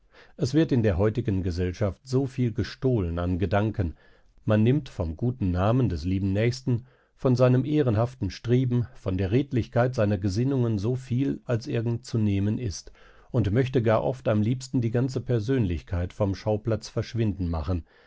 es wird in der heutigen gesellschaft so viel gestohlen an gedanken man nimmt vom guten namen des lieben nächsten von seinem ehrenhaften streben von der rechtlichkeit seiner gesinnungen so viel als irgend zu nehmen ist und möchte gar oft am liebsten die ganze persönlichkeit vom schauplatz verschwinden machen